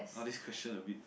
!wah! this question abit